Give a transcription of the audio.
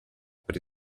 per